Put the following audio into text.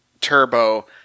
Turbo